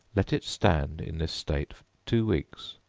let it stand in this state two weeks,